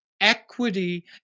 equity